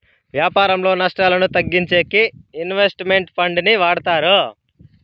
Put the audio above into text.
వ్యాపారంలో నష్టాలను తగ్గించేకి ఇన్వెస్ట్ మెంట్ ఫండ్ ని వాడతారు